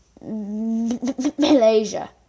Malaysia